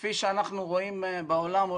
כפי שאנחנו רואים בעולם,